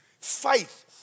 Faith